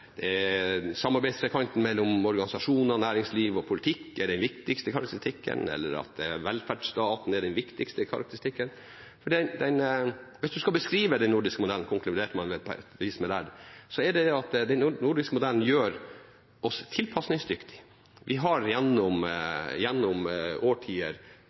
om samarbeidstrekanten mellom organisasjonene, næringsliv og politikk er den viktigste karakteristikken eller om velferdsstaten er det. Hvis man skal beskrive den nordiske modellen, konkluderte man med der, så er det at den nordiske modellen gjør oss tilpasningsdyktige. Vi har gjennom